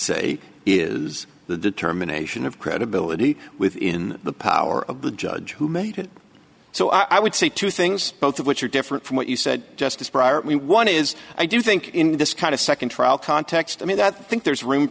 say is the determination of credibility within the power of the judge who made it so i would say two things both of which are different from what you said justice prior to one is i do think in this kind of second trial context i mean that think there's room